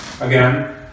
Again